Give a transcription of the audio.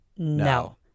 No